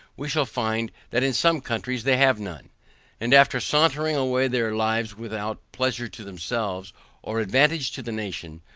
we shall find that in some countries they have none and after sauntering away their lives without pleasure to themselves or advantage to the nation,